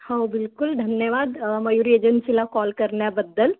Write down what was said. हो बिलकुल धन्यवाद मयुरी एजन्सीला कॉल करण्याबद्दल